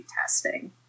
testing